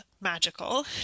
magical